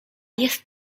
jest